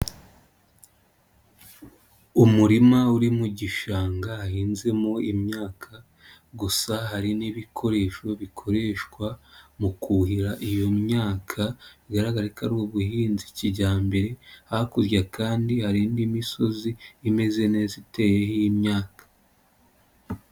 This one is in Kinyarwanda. Umurima uri mu gishanga hahinzemo imyaka, gusa hari n'ibikoresho bikoreshwa mu kuhira iyo myaka, bigaragare ko ari ubuhinzi kijyambere, hakurya kandi hari indi misozi imeze neza iteyeho imyaka.